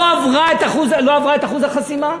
לא עברה את אחוז החסימה.